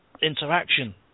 interaction